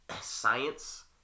science